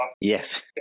Yes